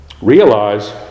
Realize